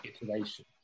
iteration